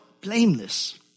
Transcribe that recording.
blameless